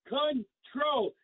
control